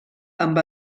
amb